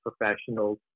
professionals